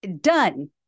Done